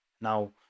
Now